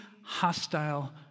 hostile